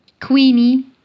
Queenie